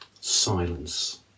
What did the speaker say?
silence